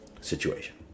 situation